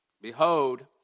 Behold